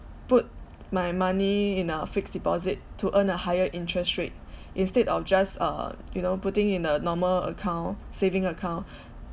put my money in our fixed deposit to earn a higher interest rate instead of just uh you know putting in a normal account saving account